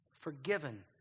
Forgiven